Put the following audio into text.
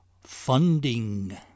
funding